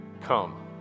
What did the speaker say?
come